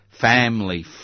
family